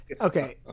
Okay